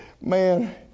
man